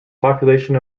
population